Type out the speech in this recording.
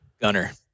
Gunner